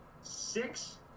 Six